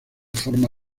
forma